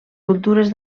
cultures